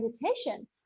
meditation